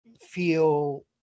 feel